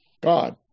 God